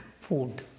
food